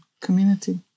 community